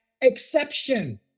exception